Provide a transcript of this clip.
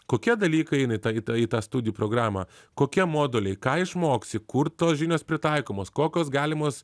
kokie dalykai eina į tą į tą į tą studijų programą kokie moduliai ką išmoksi kur tos žinios pritaikomos kokios galimos